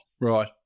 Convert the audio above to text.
Right